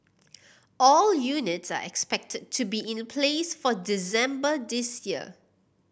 all units are expected to be in a place for December this year